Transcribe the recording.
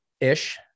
Ish